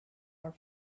are